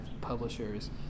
publishers